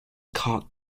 caught